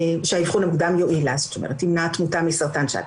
שהאבחון המוקדם יועיל לה, ימנע תמותה מסרטן שד.